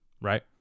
right